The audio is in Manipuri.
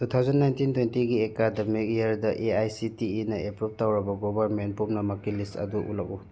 ꯇꯨ ꯊꯥꯎꯖꯟ ꯅꯥꯏꯟꯇꯤꯟ ꯇ꯭ꯋꯦꯟꯇꯤꯒꯤ ꯑꯦꯀꯥꯗꯃꯤꯛ ꯏꯌꯔꯗ ꯑꯦ ꯑꯥꯏ ꯁꯤ ꯇꯤ ꯏꯅ ꯑꯦꯄ꯭ꯔꯨꯕ ꯇꯧꯔꯕ ꯒꯣꯔꯕꯔꯃꯦꯟ ꯄꯨꯝꯅꯃꯛꯀꯤ ꯂꯤꯁ ꯑꯗꯨ ꯎꯠꯂꯛꯎ